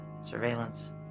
surveillance